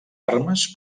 armes